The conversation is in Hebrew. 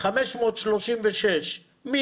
7,536,000